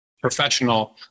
professional